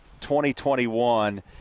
2021